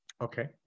Okay